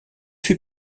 fait